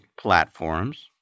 platforms